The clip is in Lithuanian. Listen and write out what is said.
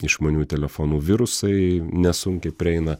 išmaniųjų telefonų virusai nesunkiai prieina